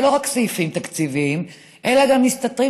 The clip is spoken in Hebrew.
זה לא רק סעיפים תקציביים אלא מסתתרים